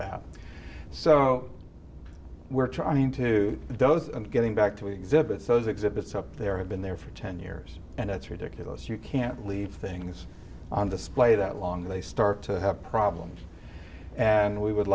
that so we're turning to those and getting back to exhibits those exhibits up there have been there for ten years and it's ridiculous you can't leave things on display that long they start to have problems and we would